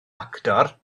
actor